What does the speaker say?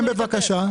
מה השם בבקשה?